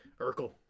Urkel